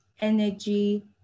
energy